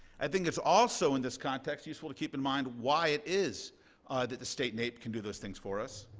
i think it's also, in this context, useful to keep in mind why it is that the state naep can do those things for us.